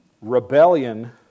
Rebellion